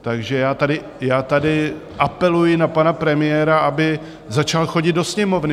Takže já tady apeluji na pana premiéra, aby začal chodit do Sněmovny.